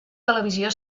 televisió